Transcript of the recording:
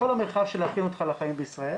כל המרחב של להכין אותך לחיים בישראל.